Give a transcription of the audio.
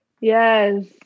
Yes